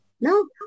No